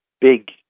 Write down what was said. big